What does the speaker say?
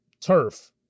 turf